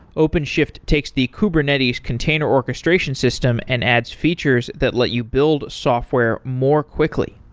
openshift takes the kubernetes container orchestration system and adds features that let you build software more quickly.